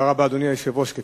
אדוני היושב-ראש, תודה רבה.